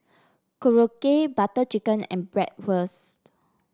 Korokke Butter Chicken and Bratwurst